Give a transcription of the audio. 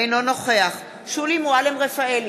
אינו נוכח שולי מועלם-רפאלי,